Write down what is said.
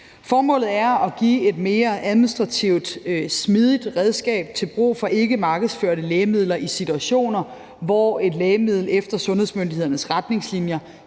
Formålet er at give et mere administrativt smidigt redskab til brug for ikke markedsførte lægemidler i situationer, hvor et lægemiddel efter sundhedsmyndighedernes retningslinjer